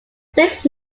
six